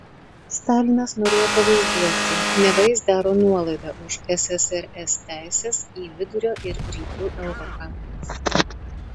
stalinas norėjo pavaizduoti neva jis daro nuolaidą už ssrs teises į vidurio ir rytų europą